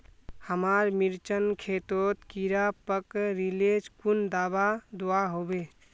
हमार मिर्चन खेतोत कीड़ा पकरिले कुन दाबा दुआहोबे?